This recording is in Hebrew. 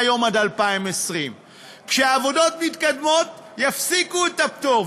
מהיום עד 2020. כשהעבודות מתקדמות יפסיקו את הפטור,